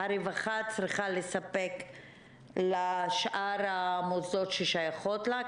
הרווחה צריכה לספק לשאר המוסדות ששייכים לה,